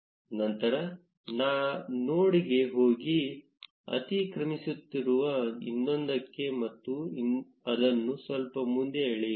ನಂತರ ನೋಡ್ಗೆ ಹೋಗಿ ಅತಿಕ್ರಮಿಸುತ್ತಿರುವ ಇನ್ನೊಂದಕ್ಕೆ ಮತ್ತು ಅದನ್ನು ಸ್ವಲ್ಪ ಮುಂದೆ ಎಳೆಯಿರಿ